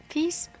Peace